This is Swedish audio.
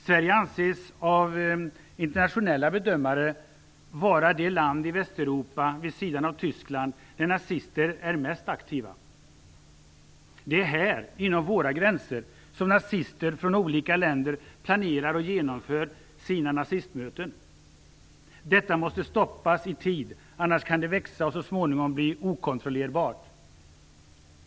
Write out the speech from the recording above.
Sverige anses av internationella bedömare vara det land i Västeuropa, vid sidan av Tyskland, där nazister är mest aktiva. Det är här, inom våra gränser, som nazister från olika länder planerar och genomför sina nazistmöten. Detta måste stoppas i tid, annars kan det växa och så småningom bli okontrollerbart.